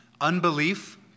Unbelief